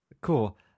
Cool